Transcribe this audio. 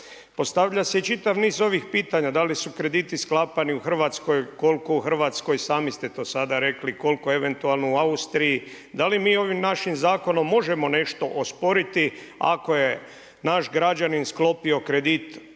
Postavlja se i čitav niz ovih pitanja da li su krediti sklapani u Hrvatskoj, koliko u Hrvatskoj, sami ste to sada rekli, koliko eventualno u Austriji, da li mi ovim našim zakonom možemo nešto osporiti ako je naš građanin sklopio kredit u Austriji